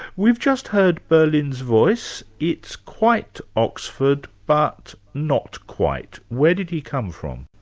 we've just heard berlin's voice. it's quite oxford, but not quite. where did he come from?